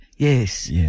Yes